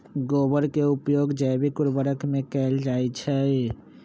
गोबर के उपयोग जैविक उर्वरक में कैएल जाई छई